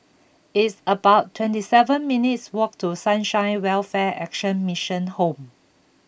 it's about twenty seven minutes' walk to Sunshine Welfare Action Mission Home